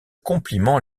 compliments